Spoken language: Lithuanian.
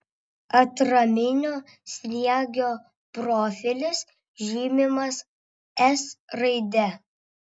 atraminio sriegio profilis žymimas s raide